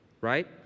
right